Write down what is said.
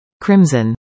Crimson